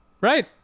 Right